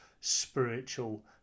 spiritual